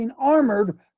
armored